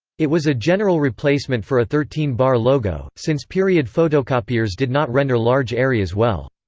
it was a general replacement for a thirteen bar logo, since period photocopiers did not render large areas well.